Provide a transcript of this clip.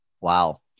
Wow